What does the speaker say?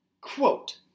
Quote